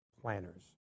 planners